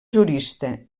jurista